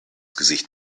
gesicht